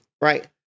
Right